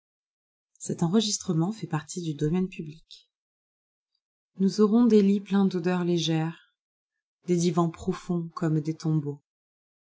nous aurons des lits pleins d'odeurs légères des divans profonds comme des tombeaux